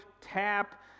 tap